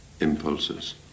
impulses